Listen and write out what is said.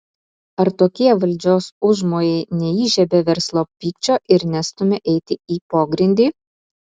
ar tokie valdžios užmojai neįžiebia verslo pykčio ir nestumia eiti į pogrindį